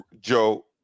Joe